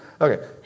Okay